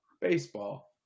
baseball